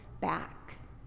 back